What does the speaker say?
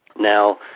now